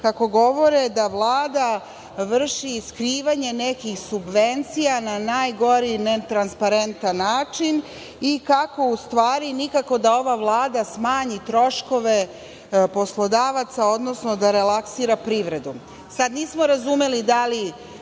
kako govore da Vlada vrši skrivanje nekih subvencija na najgori netransparentan način i kako u stvari nikako da ova Vlada smanji troškove poslodavaca, odnosno da relaksira privredu. Sada, nismo razumeli da li